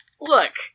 look